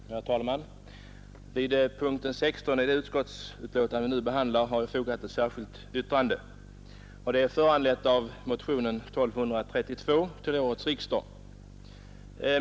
Herr talman! Vid punkten 16 i det betänkande vi nu behandlar har vi fogat ett särskilt yttrande, som är föranlett av motionen 1232 till årets riksdag.